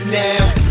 now